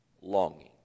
longing